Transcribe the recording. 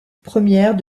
première